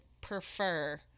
prefer